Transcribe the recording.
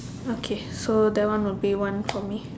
okay so that one would be one for me